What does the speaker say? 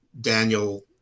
Daniel